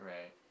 Right